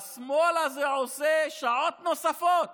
והשמאל הזה עושה שעות נוספות